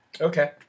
Okay